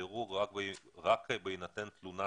רציתי להבהיר,